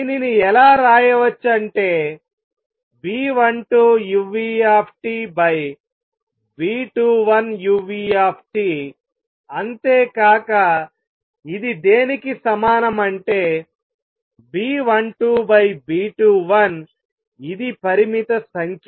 దీనిని ఎలా రాయవచ్చు అంటే B12uTB21uT అంతేకాక ఇది దేనికి సమానం అంటే B12B21ఇది పరిమిత సంఖ్య